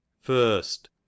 First